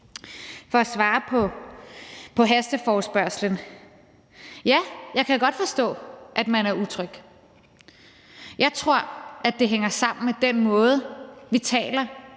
For at svare på hasteforespørgslen: Ja, jeg kan godt forstå, at man er utryg. Jeg tror, det hænger sammen med den måde, vi taler